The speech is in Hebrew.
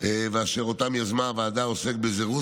ואשר אותן יזמה הוועדה עוסק בזירוז